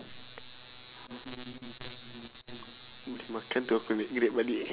makan terus aku naik balik